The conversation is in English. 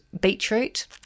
beetroot